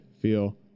feel